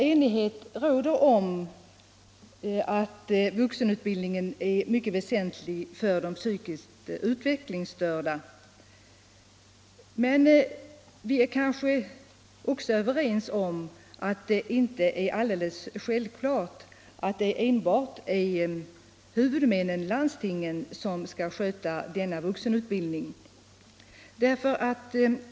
Enighet råder om att vuxenutbildningen är mycket väsentlig för de psykiskt utvecklingsstörda, men vi är kanske också överens om att det inte är alldeles självklart att det enbart är huvudmännnen, landstingen, som skall sköta denna vuxenutbildning.